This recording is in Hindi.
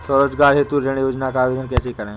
स्वरोजगार हेतु ऋण योजना का आवेदन कैसे करें?